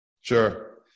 Sure